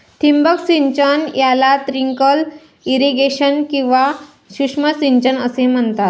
ठिबक सिंचन याला ट्रिकल इरिगेशन किंवा सूक्ष्म सिंचन असेही म्हणतात